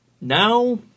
Now